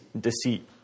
deceit